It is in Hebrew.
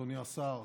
אדוני השר,